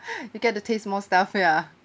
you get to taste more stuff ya